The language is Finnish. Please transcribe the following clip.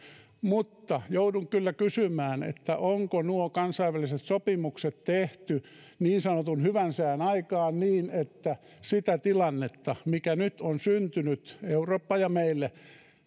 mutta joudun kyllä kysymään onko nuo kansainväliset sopimukset tehty niin sanotun hyvän sään aikaan niin että sitä tilannetta mikä nyt on syntynyt eurooppaan ja meille